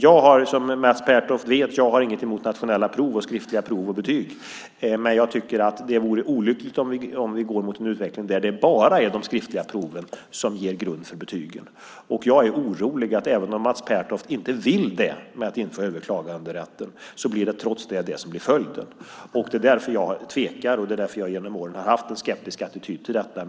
Jag har, som Mats Pertoft vet, inget emot nationella prov och skriftliga prov och betyg, men jag tycker att det vore olyckligt om vi går mot en utveckling där det bara är de skriftliga proven som ger grund för betygen. Jag är orolig för att detta blir följden, även om Mats Pertoft inte vill det med att införa överklaganderätten. Det är därför jag tvekar, och det är därför jag genom åren har haft en skeptisk attityd till detta.